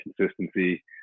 consistency